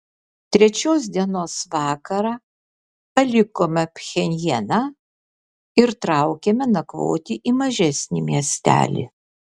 trečios dienos vakarą palikome pchenjaną ir traukėme nakvoti į mažesnį miestelį